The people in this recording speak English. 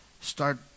Start